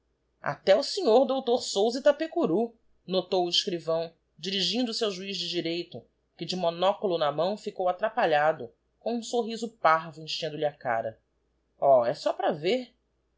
até o sr dr souza itapecurú notou o escrivão dirigindo-se ao juiz de direito que de monóculo na mão ficou atrapalhado com um sorriso parvo enchendo lhe a cara oh é só para vêr